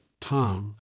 Tom